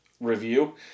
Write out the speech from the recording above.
review